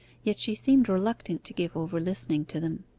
yet she seemed reluctant to give over listening to them.